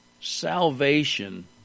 Salvation